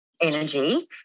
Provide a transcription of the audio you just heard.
energy